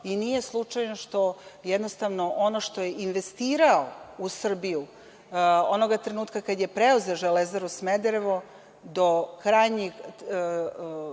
i nije slučajno što, jednostavno, ono što je investirao u Srbiju, onoga trenutka kada je preuzeo „Železaru Smederevo“, do trenutka